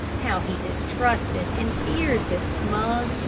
how he distrusted and feared this smug,